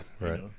right